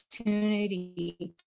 opportunity